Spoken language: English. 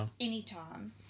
anytime